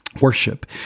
Worship